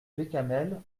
bécamel